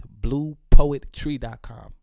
BluePoetTree.com